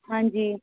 ਹਾਂਜੀ